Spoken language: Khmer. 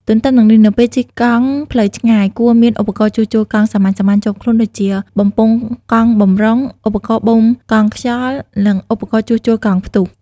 ទទ្ទឹមនឹងនេះ នៅពេលជិះកង់ផ្លូវឆ្ងាយ គួរមានឧបករណ៍ជួសជុលកង់សាមញ្ញៗជាប់ខ្លួន ដូចជា បំពង់កង់បម្រុង ឧបករណ៍បូមកង់ខ្យល់ និងឧបករណ៍ជួសជុលកង់ផ្ទុះ។